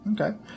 Okay